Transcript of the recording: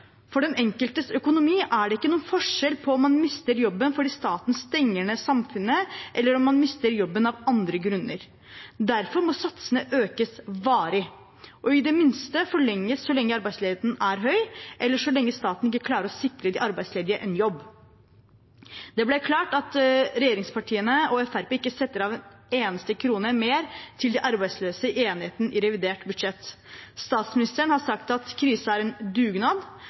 For den enkeltes økonomi er det ikke noen forskjell på om man mister jobben fordi staten stenger ned samfunnet, eller om man mister jobben av andre grunner. Derfor må satsene økes varig – og i det minste forlenges så lenge arbeidsledigheten er høy, eller så lenge staten ikke klarer å sikre de arbeidsledige en jobb. Det ble klart at regjeringspartiene og Fremskrittspartiet ikke setter av en eneste krone mer til de arbeidsløse i enigheten i revidert budsjett. Statsministeren har sagt at krisen er en dugnad.